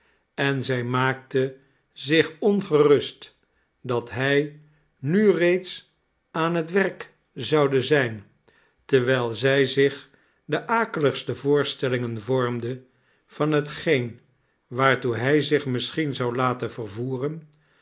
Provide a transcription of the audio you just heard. en zij maakte zich ongerust dat hij nu reeds aan het werk zoude zijn terwijl zij zich de akeligste voorstellingen vormde van hetgeen waartoe hij zich misschien zou laten vervoeren